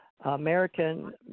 American –